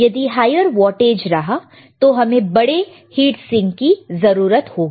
यदि higher wattage रहा तो हमें बड़े हीट सिंक की जरूरत होगी